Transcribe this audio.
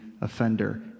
offender